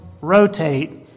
rotate